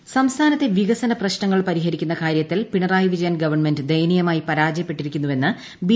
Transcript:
സുരേന്ദ്രൻ സംസ്ഥാനത്തെ വികസന പ്രശ്നങ്ങൾ പരിഹരിക്കുന്ന കാര്യത്തിൽ പിണറായി വിജയൻ ഗവൺമെന്റ് ദയനീയമായി പരാജയപ്പെട്ടിരിക്കുന്നുവെന്ന് ബി